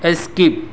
skip